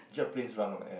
jet planes run on air